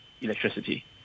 electricity